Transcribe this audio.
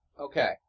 Okay